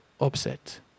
upset